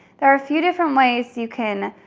there are a few different ways you can